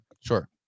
Sure